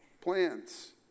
plans